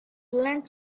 lens